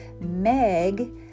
Meg